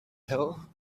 hill